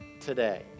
today